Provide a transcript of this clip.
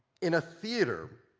in a theater?